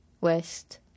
West